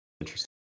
Interesting